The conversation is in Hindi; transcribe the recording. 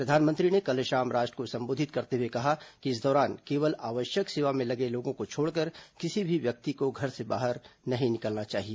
प्रधानमंत्री ने कल शाम राष्ट्र को संबोधित करते हुए कहा कि इस दौरान केवल आवश्यक सेवा में लगे लोगों को छोड़कर किसी भी व्यक्ति को घर से बाहर नहीं निकलना चाहिए